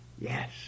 Yes